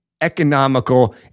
economical